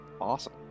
Awesome